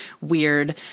weird